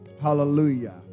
Hallelujah